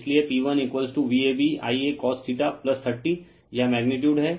इसलिए P1VabIacos30 यह magnitude है